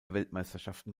weltmeisterschaften